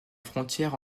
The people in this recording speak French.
frontière